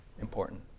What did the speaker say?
important